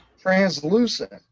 translucent